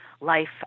life